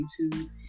YouTube